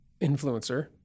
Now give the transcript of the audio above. influencer